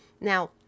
Now